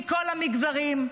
מכל המגזרים,